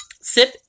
sip